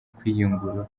kwiyungura